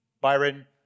Byron